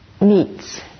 meets